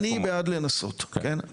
ולדימיר, אני בעד לנסות, כן?